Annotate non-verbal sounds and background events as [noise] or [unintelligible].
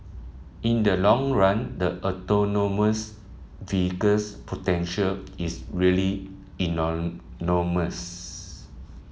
in the long run the autonomous vehicles potential is really [unintelligible] enormous